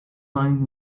lying